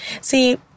See